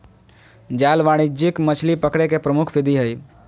जाल वाणिज्यिक मछली पकड़े के प्रमुख विधि हइ